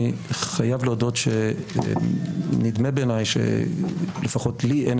אני חייב להודות שנדמה בעיניי שלפחות לי אין